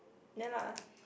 ya lah